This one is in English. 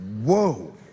Whoa